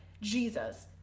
Jesus